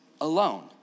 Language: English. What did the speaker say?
alone